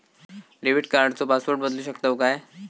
Debit कार्डचो password बदलु शकतव काय?